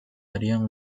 harían